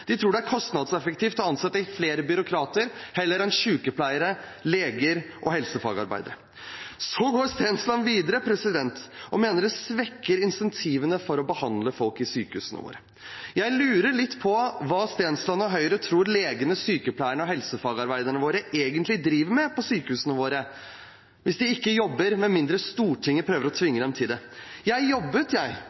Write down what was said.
de tror det er kostnadseffektivt å ansette flere byråkrater i stedet for flere sykepleiere, leger og helsefagarbeidere. Så går Stensland videre og mener det svekker incentivene for å behandle folk på sykehusene våre. Jeg lurer litt på hva Stensland og Høyre tror legene, sykepleierne og helsefagarbeiderne våre egentlig driver med på sykehusene – hvis de ikke jobber med mindre Stortinget prøver å tvinge dem til det. I januar jobbet jeg